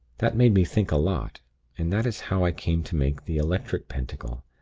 that made me think a lot and that is how i came to make the electric pentacle,